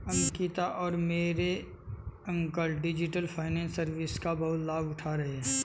अंकिता और मेरे uncle digital finance services का बहुत लाभ उठा रहे हैं